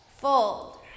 fold